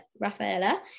Rafaela